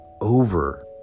over